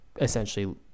essentially